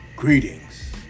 Greetings